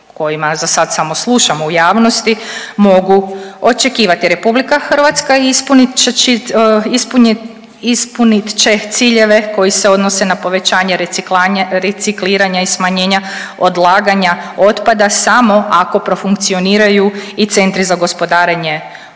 kojima za sad samo slušamo u javnosti mogu očekivati. RH ispunit će ciljeve koji se odnosi na povećanje recikliranja i smanjenja odlaganja otpada samo ako profunkcioniraju i centri za gospodarenje otpadom.